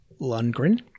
Lundgren